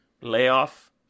layoff